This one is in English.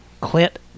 Clint